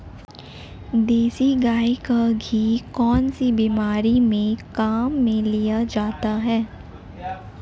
देसी गाय का घी कौनसी बीमारी में काम में लिया जाता है?